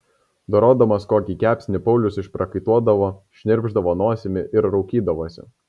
dorodamas kokį kepsnį paulius išprakaituodavo šnirpšdavo nosimi ir raukydavosi